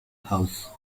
house